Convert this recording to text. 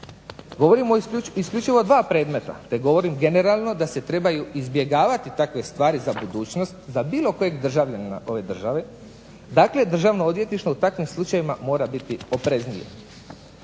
Govorim isključivo o dva predmeta te govorim generalno da se trebaju izbjegavati takve stvari za budućnost za bilo kojeg državljanina ove države. Dakle Državno odvjetništvo u takvim slučajevima mora biti opreznije.